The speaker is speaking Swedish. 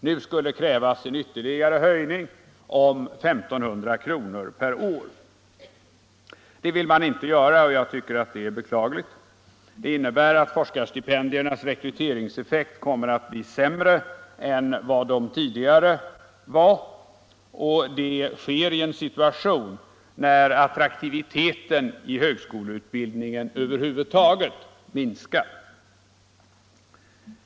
Nu krävs en ytterligare höjning med 1500 kr. per år. Det vill man emellertid inte gå med på. Jag tycker det är beklagligt. Det innebär att forskarstipendiernas rekryteringseffekt kommer att bli sämre än tidigare, och det sker i en situation när attraktiviteten i högskoleutbildningen över huvud taget minskat.